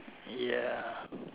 ya